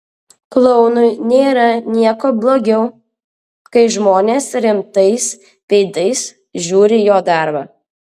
klounui nėra nieko blogiau kai žmonės rimtais veidais žiūri jo darbą